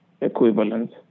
equivalent